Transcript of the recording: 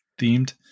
themed